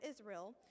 Israel